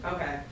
Okay